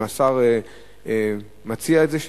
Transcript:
האם שר מציע את זה,